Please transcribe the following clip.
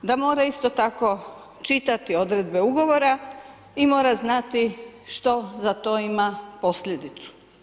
Da mora isto tako čitati odredbe ugovora i mora znati što za to ima posljedicu.